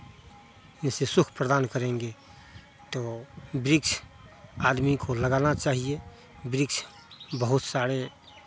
जिससे सुख प्रदान करेंगे तो वृक्ष आदमी को लगाना चाहिए वृक्ष बहुत सारे